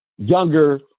younger